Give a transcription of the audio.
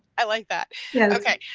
i like that okay.